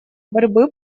борьбы